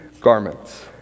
garments